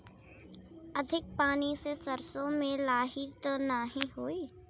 अधिक पानी से सरसो मे लाही त नाही होई?